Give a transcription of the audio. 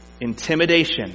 Intimidation